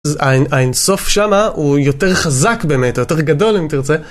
ז.. האין סוף שמה, הוא יותר חזק באמת, יותר גדול אם תרצה.